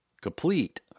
complete